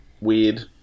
weird